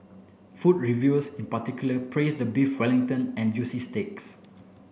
food reviewers in particular praised the Beef Wellington and juicy steaks